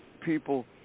people